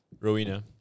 Rowena